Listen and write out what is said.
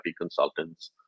consultants